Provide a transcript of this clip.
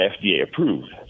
FDA-approved